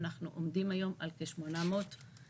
אנחנו עומדים היום על כ-800 אסירים,